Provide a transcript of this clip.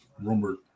Rumored